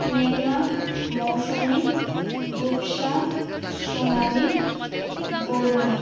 মেঘনা মৌসুমি রূপসা সোনালী বরুণা